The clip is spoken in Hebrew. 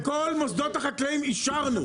אנחנו בכל מוסדות החקלאים אישרנו.